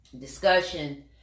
discussion